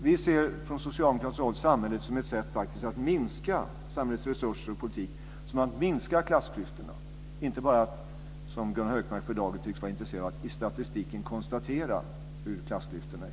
Vi ser från socialdemokratiskt håll samhällets resurser och politik som en möjlighet att minska klassklyftorna. Vi vill inte bara, som Gunnar Hökmark för dagen tycks vara intresserad av, i statistiken konstatera hur stora klassklyftorna är.